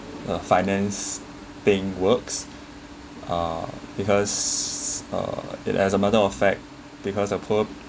the finance thing works uh because uh it as a matter of fact because the poor